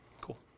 Cool